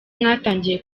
mwatangiye